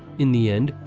in the end,